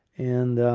and